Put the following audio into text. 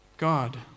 God